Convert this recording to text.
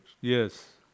Yes